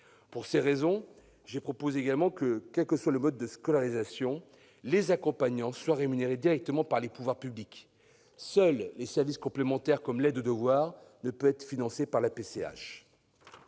Pour ces raisons, j'ai proposé que, quel que soit le mode de scolarisation, les accompagnants soient directement rémunérés par les pouvoirs publics. Seuls les services complémentaires comme l'aide aux devoirs pourront être financés par la PCH.